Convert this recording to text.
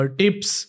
tips